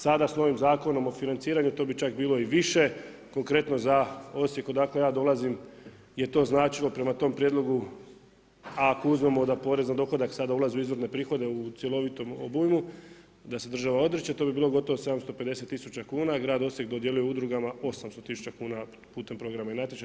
Sada s novim zakonom o financiranju to bi čak bilo i više, konkretno za odsijeku odakle ja dolazim, je to značilo prema tom prijedlogu, a ako uzmemo da porez na dohodak sada ulazi u izvorne prihode u cjelovitom obujmu, da se država odriće, to bi bilo gotovo 750000 kn, grad Osijek dodijelio je udrugama 800000 putem programa i natječaja.